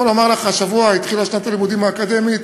השבוע התחילה שנת הלימודים האקדמית,